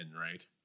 right